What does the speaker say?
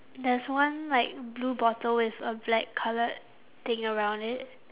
there's one like blue bottle with a black coloured thing around it